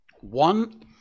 One